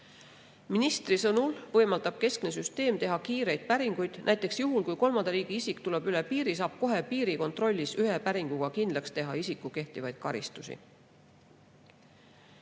Ministri sõnul võimaldab keskne süsteem teha kiireid päringuid. Näiteks juhul, kui kolmanda riigi isik tuleb üle piiri, saab kohe piirikontrollis ühe päringuga kindlaks teha isiku kehtivaid karistusi.